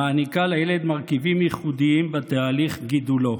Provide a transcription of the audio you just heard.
מעניקה לילד מרכיבים ייחודיים בתהליך גידולו.